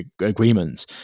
agreements